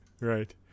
Right